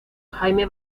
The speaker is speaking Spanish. jaime